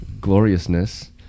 gloriousness